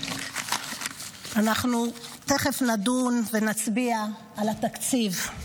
אנחנו תכף נדון ונצביע על התקציב.